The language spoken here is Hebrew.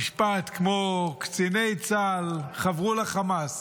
משפט כמו "קציני צה"ל חברו לחמאס",